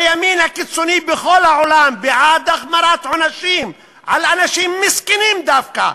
הימין הקיצוני בכל העולם בעד החמרת עונשים על אנשים מסכנים דווקא,